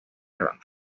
ronda